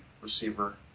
receiver